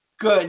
good